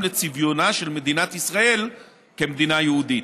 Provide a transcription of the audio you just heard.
לצביונה של מדינת ישראל כמדינה יהודית.